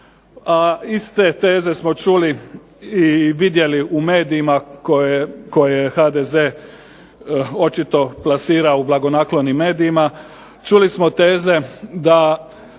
iste teze smo čuli i vidjeli u medijima koje HDZ očito plasira u blagonaklonim medijima, čuli smo teze da